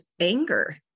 anger